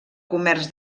comerç